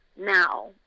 now